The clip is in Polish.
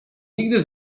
nigdy